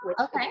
Okay